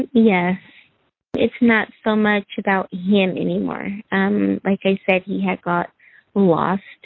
yeah it's not so much about him anymore. and like i said, he had got lost